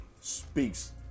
speaks